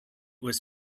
was